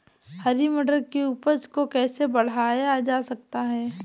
हरी मटर की उपज को कैसे बढ़ाया जा सकता है?